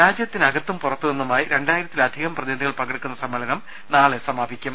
രാജ്യത്തിനകത്തും പുറത്തു നിന്നുമായി രണ്ടായിര ത്തിലധികം പ്രതിനിധികൾ പങ്കെടുക്കുന്നു സമ്മേളനം നാളെ സമാപിക്കും